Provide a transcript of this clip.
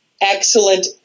excellent